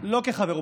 לא כחבר אופוזיציה,